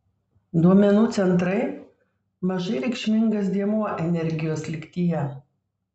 duomenų centrai mažai reikšmingas dėmuo energijos lygtyje